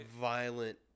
violent